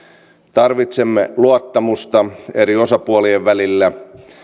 tarvitsemme luottamusta eri osapuolien välillä